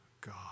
God